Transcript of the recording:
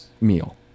meal